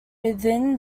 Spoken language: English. within